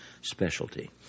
specialty